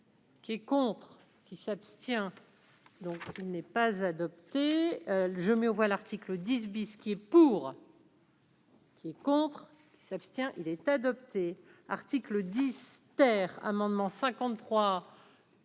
Qui est contre qui s'abstient, donc il n'est pas adopté, je mets aux voix, l'article 10 bis qui est pour. Qui est contre, s'abstient, il est adopté, article 10 terre amendement 53.